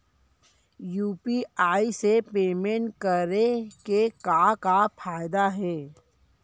UPI से payment करे के का का फायदा हे?